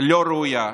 לא ראויה,